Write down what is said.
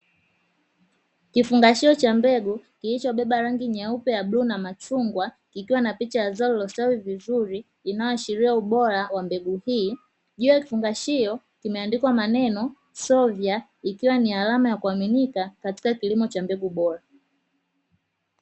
Kifungashio cha mbegu kilichobeba rangi nyeupe ya bluu na machungwa kikiw ana picha ya zao vizuri, inayoashiria ubora wa mbegu hii. Juu ya kifungashio kimeandkwa maneno syova ikiwa ni alama ya kuaminika katika kilimo cha mbegu bora.